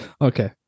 Okay